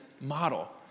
model